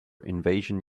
invasion